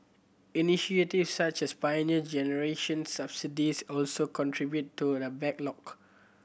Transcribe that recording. initiatives such as the Pioneer Generation subsidies also contributed to the back lock